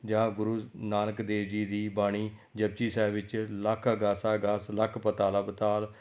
ਜਾਂ ਗੁਰੂ ਨਾਨਕ ਦੇਵ ਜੀ ਦੀ ਬਾਣੀ ਜਪੁਜੀ ਸਾਹਿਬ ਵਿੱਚ ਲੱਖ ਆਗਾਸਾ ਆਗਾਸ ਲੱਖ ਪਾਤਾਲਾ ਪਾਤਾਲ